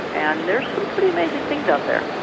and there's some pretty amazing things out there.